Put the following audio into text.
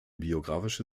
biographische